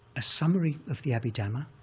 a summary of the abhidhamma,